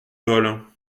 gaulle